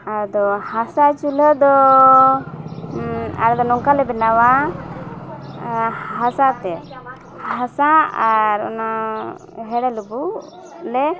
ᱟᱫᱚ ᱦᱟᱥᱟ ᱪᱩᱦᱟᱹ ᱫᱚ ᱟᱞᱮ ᱫᱚ ᱱᱚᱝᱠᱟ ᱞᱮ ᱵᱮᱱᱟᱣᱟ ᱦᱟᱥᱟᱛᱮ ᱦᱟᱥᱟ ᱟᱨ ᱚᱱᱟ ᱦᱮᱲᱮ ᱞᱩᱵᱩᱜ ᱞᱮ